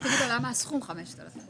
למה סכום 5,000 שקלים.